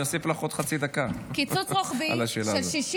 אני אוסיף לך עוד חצי דקה על השאלה הזאת.